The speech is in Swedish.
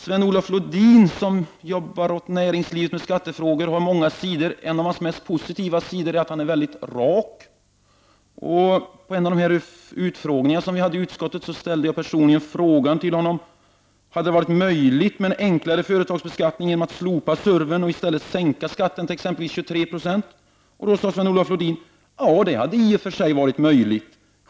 Sven-Olof Lodin, som jobbar med skattefrågor i näringslivet har många sidor. En av hans mest positiva sidor är att han är väldigt rak. Vid en av utfrågningarna i skatteutskottet ställde jag till honom frågan: ”Skulle det inte ha varit möjligt att skapa ett ännu enklare företagsbeskattningssystem genom att slopa SURV-en och i stället sänka skattesatsen till exempelvis 23 26?”. På det svarade Sven-Olof Lodin: ”Det hade i och för sig varit möjligt.